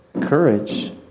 courage